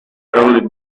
early